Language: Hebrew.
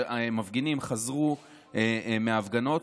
מפגינים חזרו מהפגנות,